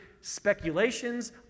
speculations